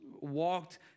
walked